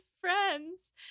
friends